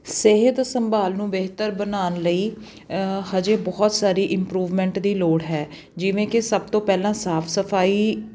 ਸਿਹਤ ਸੰਭਾਲ ਨੂੰ ਬਿਹਤਰ ਬਣਾਉਣ ਲਈ ਹਜੇ ਬਹੁਤ ਸਾਰੀ ਇੰਪਰੂਵਮੈਂਟ ਦੀ ਲੋੜ ਹੈ ਜਿਵੇਂ ਕਿ ਸਭ ਤੋਂ ਪਹਿਲਾਂ ਸਾਫ਼ ਸਫ਼ਾਈ